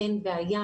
אין בעיה.